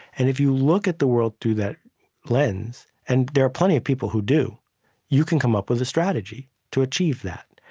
and if you look at the world through that lens and there are plenty of people who do you can come up with a strategy to achieve that.